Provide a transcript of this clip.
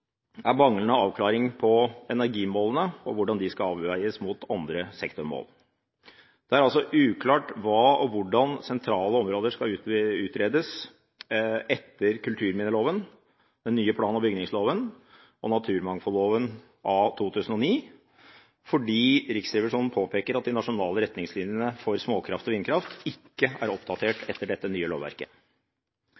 er manglende avklaring når det gjelder energimålene og hvordan de skal avveies mot andre sektormål. Det er uklart hvordan sentrale områder skal utredes etter kulturminneloven, den nye plan- og bygningsloven og naturmangfoldloven av 2009. Riksrevisjonen påpeker at de nasjonale retningslinjene for småkraft og vindkraft ikke er oppdatert